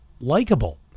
likable